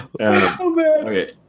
Okay